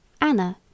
Anna